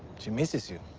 she misses you.